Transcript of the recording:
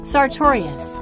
Sartorius